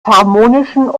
harmonischen